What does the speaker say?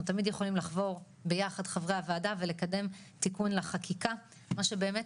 תמיד יכולים לחבור ביחד חברי הועדה ולקדם תיקון לחקיקה מה שבאמת